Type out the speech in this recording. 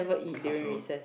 classroom